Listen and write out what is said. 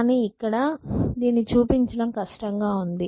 కానీ ఇక్కడ దీన్ని చూపించడం కష్టం గా ఉంది